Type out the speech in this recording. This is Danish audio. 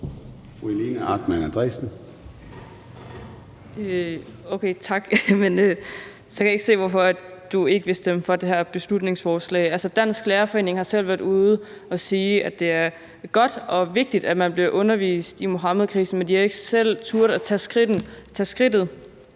Helena Artmann Andresen (LA): Okay, tak. Så kan jeg ikke se, hvorfor du ikke vil stemme for det her beslutningsforslag. Altså, Danmarks Lærerforening har selv været ude at sige, at det er godt og vigtigt, at man bliver undervist i Muhammedkrisen, men at de ikke selv har turdet at tage skridtet